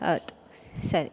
ಹೌದು ಸರಿ